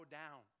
down